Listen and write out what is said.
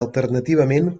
alternativament